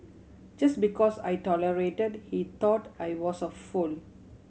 just because I tolerated he thought I was a fool